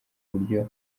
buryo